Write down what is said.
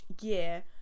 year